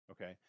okay